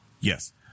Yes